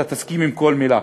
אתה תסכים עם כל מילה,